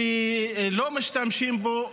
שלא משתמשים בו.